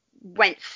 went